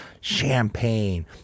champagne